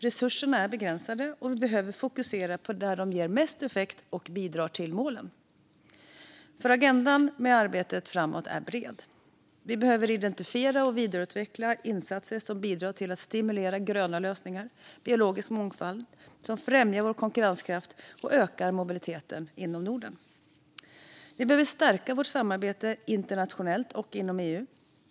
Resurserna är begränsade och behöver fokuseras där de ger mest effekt och bidrar till målen. Agendan för arbetet framåt är bred. Vi behöver identifiera och vidareutveckla insatser som bidrar till att stimulera gröna lösningar och biologisk mångfald och som främjar vår konkurrenskraft och ökar mobiliteten inom Norden. Vi behöver stärka vårt samarbete internationellt och inom EU.